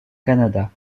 canada